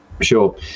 sure